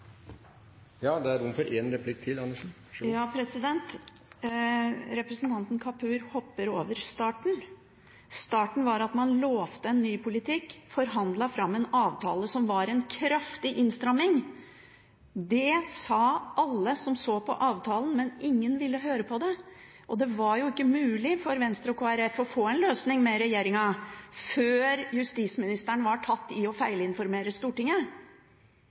Representanten Kapur hopper over starten. Starten var at man lovte en ny politikk, men forhandlet fram en avtale som var en kraftig innstramming. Det sa alle som så avtalen, men ingen ville høre på det, og det var ikke mulig for Venstre og Kristelig Folkeparti å få til en løsning med regjeringen før justisministeren var tatt i å feilinformere Stortinget.